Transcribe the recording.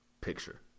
picture